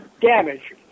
damage